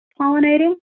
pollinating